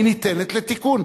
היא ניתנת לתיקון.